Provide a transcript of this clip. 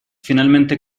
finalmente